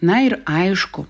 na ir aišku